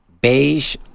beige